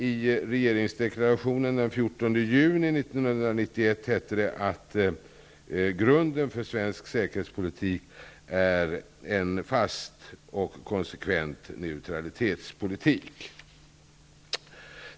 I regeringsdeklarationen från den 14 juni 1991 hette det: Grunden för svensk säkerhetspolitik är en fast och konsekvent neutralitetspolitik.